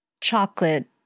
chocolate